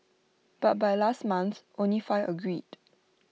but by last month only five agreed